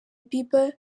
bieber